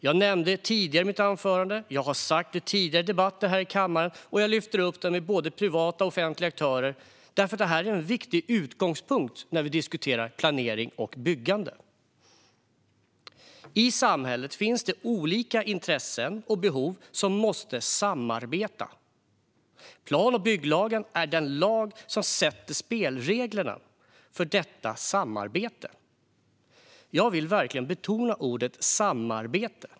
Jag nämnde det tidigare i mitt anförande, jag har sagt det i tidigare debatter här i kammaren och jag lyfter upp det med både privata och offentliga aktörer därför att detta är en viktig utgångspunkt när vi diskuterar planering och byggande. I samhället finns det olika intressen och behov som måste samarbeta. Plan och bygglagen är den lag som sätter spelreglerna för detta samarbete. Jag vill verkligen betona ordet "samarbete".